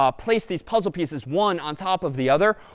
ah place these puzzle pieces one on top of the other,